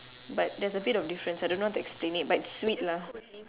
but that's a bit of difference I don't know how to explain it but it's sweet lah